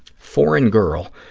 foreign girl